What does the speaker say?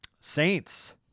Saints